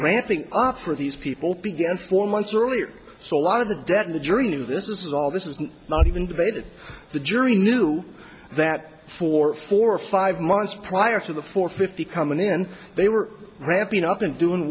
ramping up for these people began four months earlier so a lot of debt in the jury knew this is all this is not even debated the jury knew that for four or five months prior to the four fifty coming in they were ramping up and doing